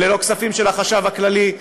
אלה לא כספים של החשב הכללי,